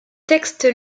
textes